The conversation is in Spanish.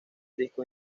discos